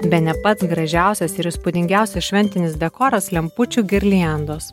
bene pats gražiausias ir įspūdingiausias šventinis dekoras lempučių girliandos